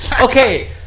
Okay